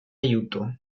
aiuto